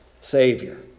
Savior